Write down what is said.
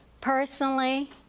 personally